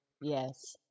Yes